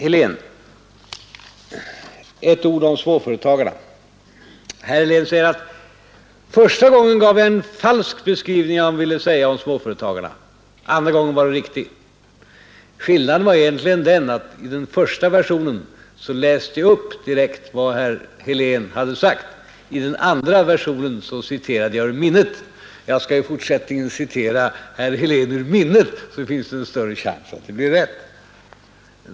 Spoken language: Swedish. Så ett ord om småföretagarna, herr Helén! Han påstår att jag första gången gav en falsk beskrivning av vad han ville säga om småföretagarna, men andra gången var det riktigt. Skillnaden var egentligen den att i den första versionen läste jag upp direkt vad herr Helén hade sagt, i den andra versionen citerade jag ur minnet. Jag skall i fortsättningen citera herr Helén ur minnet, så finns det en större chans att det blir rätt.